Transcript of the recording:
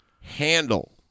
handle